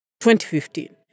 2015